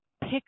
pick